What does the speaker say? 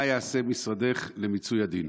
מה יעשה משרדך למיצוי הדין?